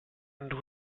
and